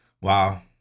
Wow